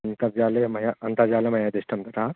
अन्तर्जाले मया अन्तर्जाले मया दृष्टं तथा